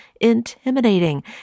intimidating